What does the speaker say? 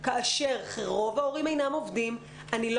כאשר רוב ההורים אינם עובדים אני לא